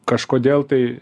kažkodėl tai